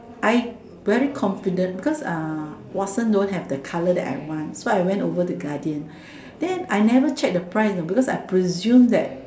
I very confident because uh Watsons don't have the colour that I want so I went over to Guardian then I never check the price you know because I presume that